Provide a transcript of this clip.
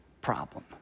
problem